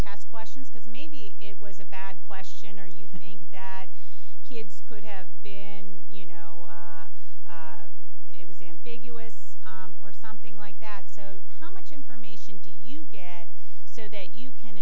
task questions because maybe it was a bad question or you think that kids could have been you know it was ambiguous or something like that so how much information do you get so that you can